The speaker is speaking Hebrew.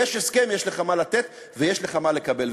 יש הסכם, יש לך מה לתת ויש לך מה לקבל.